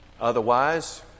Otherwise